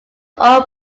all